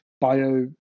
bio